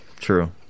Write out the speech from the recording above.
True